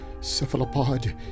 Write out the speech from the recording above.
cephalopod